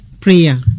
prayer